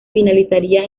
finalizaría